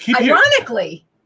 ironically